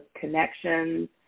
connections